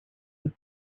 were